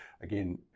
again